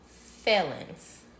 felons